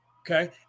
Okay